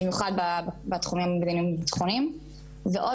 במיוחד בתחומים המדיניים ביטחוניים ועוד